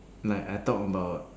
like I talk about